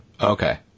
Okay